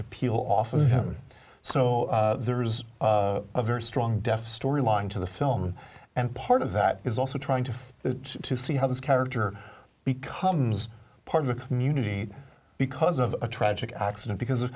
to peel off and so there's a very strong deaf storyline to the film and part of that is also trying to to see how this character becomes part of the community because of a tragic accident because of